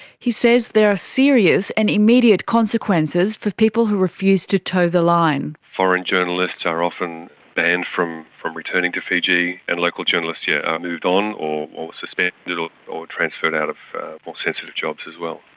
he says there are serious and immediate consequences for people who refuse to toe the line. foreign journalists are often banned from from returning to fiji, and local journalists yeah are moved on or or suspended you know or transferred out of more sensitive jobs as well.